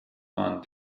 van